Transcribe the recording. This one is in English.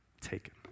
Taken